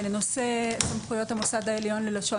לנושא סמכויות המוסד העליון ללשון